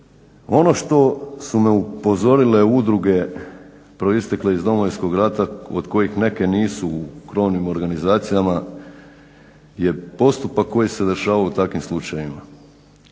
Ono što su me upozorile udruge proistekle iz Domovinskog rata od kojih neke nisu u krovnim organizacijama je postupak koji se dešavao u takvim slučajevima.